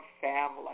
family